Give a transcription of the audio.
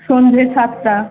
সন্ধে সাতটা